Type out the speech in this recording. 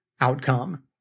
outcome